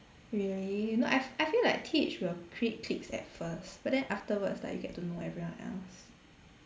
really no I f~ I feel like T_H will create cliques at first but then afterwards like you get to know everyone else